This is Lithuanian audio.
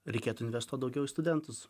reikėtų investuot daugiau į studentus